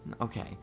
Okay